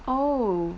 oo